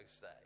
say